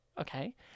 Okay